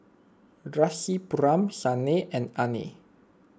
Rasipuram Sanal and Anand